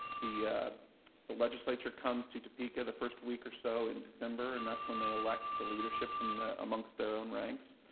the the legislature comes to topeka the first week or so in december, and that's when they elect the leadership from the amongst their own ranks.